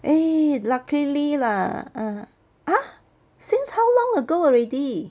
eh luckily lah !huh! since how long ago already